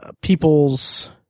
people's